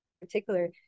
particular